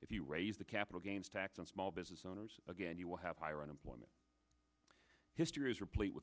if you raise the capital gains tax on small business owners again you will have higher unemployment history is replete with